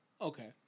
okay